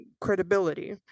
credibility